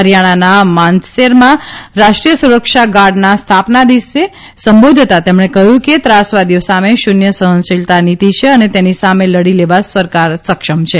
હ્રિથાણાના માનેસરમાં રાષ્ટ્રીય સુરક્ષા ગાર્ડના સ્થાપના દિવસે સંબોધતાં તેમણે કહ્યું કે ત્રાસવાદીઓ સામે શૂન્ય સહનશીલતા નીતિ છે અને તેની સામે લડી લેવા સરકાર સક્ષમ છે